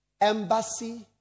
Embassy